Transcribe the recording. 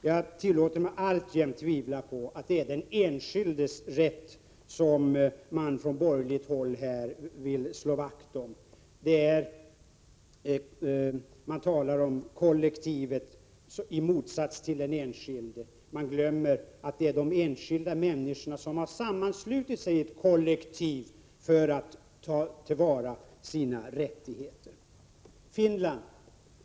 Jag tillåter mig alltjämt tvivla på att det är den enskildes rätt som man från borgerligt håll här vill slå vakt om. Man talar om kollektivet i motsats till den enskilde. Man glömmer att det är de enskilda människorna som har sammanslutit sig i ett kollektiv för att ta till vara sina rättigheter.